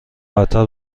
قطار